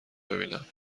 ببینم